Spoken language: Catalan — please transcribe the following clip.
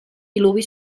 diluvi